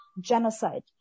genocide